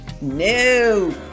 no